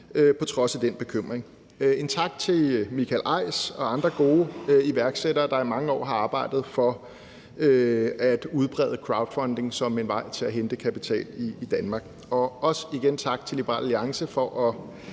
på trods af den bekymring. En tak skal lyde til Michael Eis og andre gode iværksættere, der i mange år har arbejdet for at udbrede crowdfunding som en vej til at hente kapital i Danmark. Og igen tak til Liberal Alliance for at